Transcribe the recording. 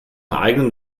eigenen